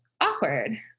awkward